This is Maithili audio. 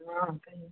हँ